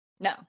No